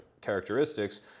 characteristics